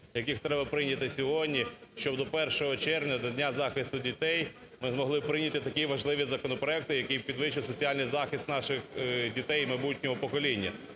які треба прийняти сьогодні, щоб до 1 червня, до Дня захисту дітей, ми могли прийняти такі важливі законопроекти, які підвищать соціальний захист наших дітей – майбутнього покоління.